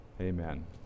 Amen